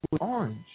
orange